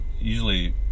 Usually